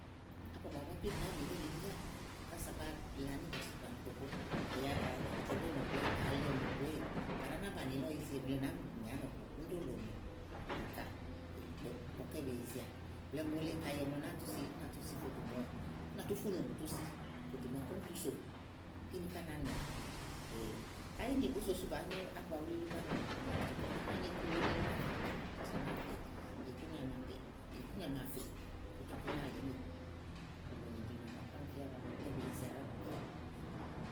ábua màawu búá plémú nàáa mì nélèe míá kása bàáa la níìbɔ̀sì kplà ìkpokpò. kayi àkàtiabi ò no kpo ééè, ali ò no kpo èéè, kaɖi á ná banìi elí ɔwɔ yize ùŋle wèe nàáa mi ŋè ánɔ̀kuù; úni ɖí òlò nìkà ígbɔké be yizeà blɛ̀ɛ mòole kayi ùŋò lɔ nàáa tu si, ú nà tú si fò dò ìgbè ú nà tú funù tu si fò dò máaké úni sò kíni ká na nɛ káɖí ni bùú so sú bàáá nyó ábua wúlíwúlí búá nélèe bàáa so, à nàáa nyo iku wèe nélèe ù nàá fe kpà kása únàa fè ikúnyà màaké, ikúnyà màa fè ètè ú nàa yìlè éŋe iku. òlò nì ɖi nè màaké ɔmi fíà ɖìálɔ, ígbɔké be yizeà ɖálɔ̀ɔ ɔmi fíà.